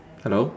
hello